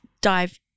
dive